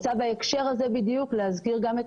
בהקשר הזה בדיוק אני רוצה להזכיר גם את